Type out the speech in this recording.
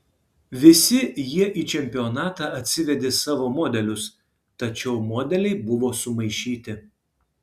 visi jie į čempionatą atsivedė savo modelius tačiau modeliai buvo sumaišyti